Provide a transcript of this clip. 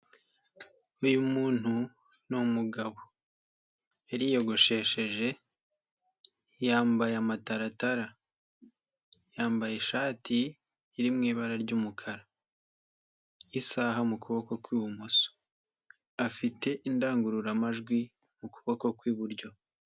Uyu muntu ni umugabo. Yariyogoshesheje, yambaye amataratara. Yambaye ishati iri mu ibara ry'umukara. Isaha mu kuboko kw'ibumoso. Afite indangururamajwi mu kuboko kw'iburyo.